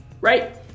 Right